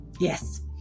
Yes